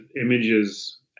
images